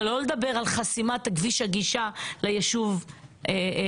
אבל לא לדבר על חסימת הכביש של הגישה לישוב אביגיל.